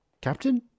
captain